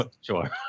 sure